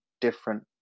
different